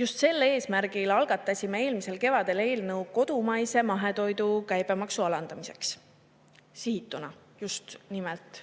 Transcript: Just sel eesmärgil algatasime eelmisel kevadel eelnõu kodumaise mahetoidu käibemaksu alandamiseks just nimelt